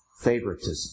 favoritism